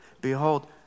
Behold